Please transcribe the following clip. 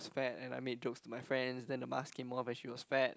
is fat and I made jokes to my friends then the mask came off and she was fat